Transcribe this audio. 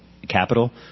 Capital